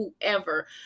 whoever